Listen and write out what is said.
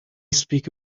speak